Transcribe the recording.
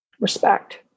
respect